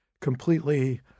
completely